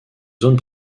zones